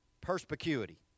Perspicuity